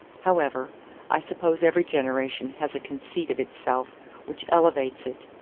however i suppose every generation has a conceit of itself which elevates it,